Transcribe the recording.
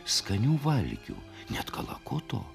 skanių valgių net kalakuto